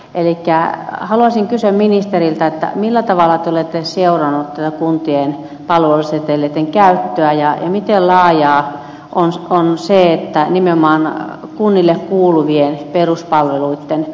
elikkä haluaisin kysyä ministeriltä millä tavalla tälle versiona ja kuntien palveluseteleitten käyttöä ja miten lahja on se on se että nimenomaan kunnille kuuluvien peruspalveluitten